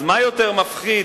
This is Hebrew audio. אז מה יותר מפחיד,